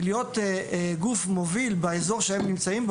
ולהיות גוף מוביל באזור בו הם נמצאים,